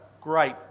great